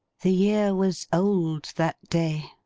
the year was old, that day.